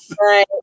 right